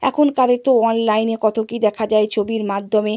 এখনকার তো অনলাইনে কত কী দেখা যায় ছবির মাধ্যমে